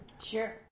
Sure